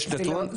יש נתון?